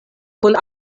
kun